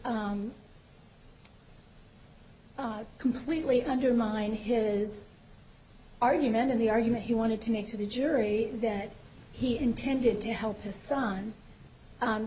completely undermine his argument of the argument he wanted to make to the jury that he intended to help his son